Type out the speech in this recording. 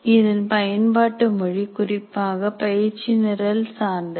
இதன் பயன்பாட்டு மொழி குறிப்பாக பயிற்சி நிரல் சார்ந்தது